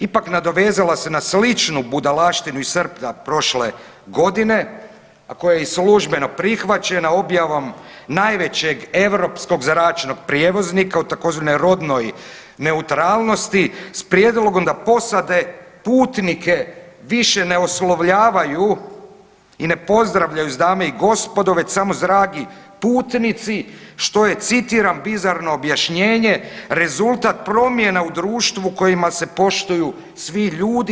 Ipak nadovezala se na sličnu budalaštinu iz srpnja prošle godine, a koja je i službeno prihvaćena objavom najvećeg europskog zračnog prijevoznika u tzv. rodnoj neutralnosti s prijedlogom da posade putnike više ne oslovljavaju i ne pozdravljaju s dame i gospodo već samo dragi putnici što je citiram bizarno objašnjenje rezultat promjena u društvu kojima se poštuju svi ljudi.